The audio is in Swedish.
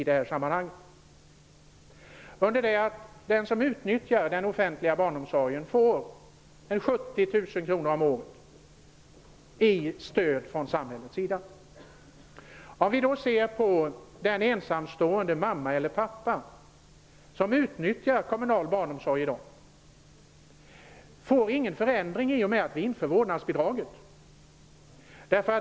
Den som däremot utnyttjar den offentliga barnomsorgen får ca 70 000 kr om året i stöd från samhällets sida. Den ensamstående mamma eller pappa som utnyttjar kommunal barnomsorg i dag får ingen förändring i och med att vi inför vårdnadsbidraget.